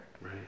Right